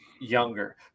younger